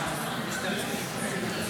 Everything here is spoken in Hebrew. ההצעה להעביר את